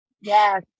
yes